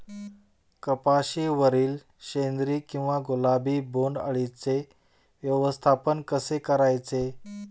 कपाशिवरील शेंदरी किंवा गुलाबी बोंडअळीचे व्यवस्थापन कसे करायचे?